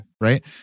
Right